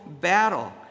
battle